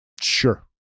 Sure